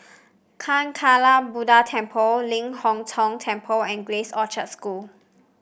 Kancanarama Buddha Temple Ling Hong Tong Temple and Grace Orchard School